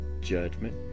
judgment